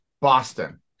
Boston